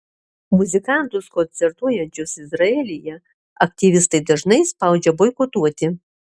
muzikantus koncertuojančius izraelyje aktyvistai dažnai spaudžia boikotuoti